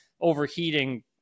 overheating